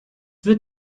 wird